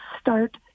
start